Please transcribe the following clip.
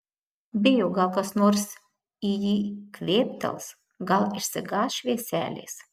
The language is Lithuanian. bijo gal kas nors į jį kvėptels gal išsigąs švieselės